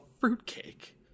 fruitcake